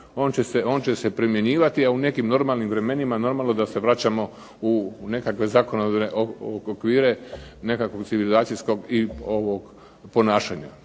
on će se primjenjivati, a u nekim normalnim vremenima normalno da se vraćamo u nekakve zakonodavne okvire, nekakvog civilizacijskog i ovog ponašanja.